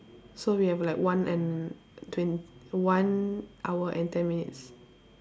so we have like one and twen~ one hour and ten minutes